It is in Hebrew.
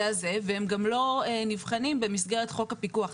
הזה והם גם לא נבחנים במסגרת חוק הפיקוח.